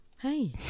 hey